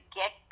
get